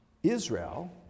Israel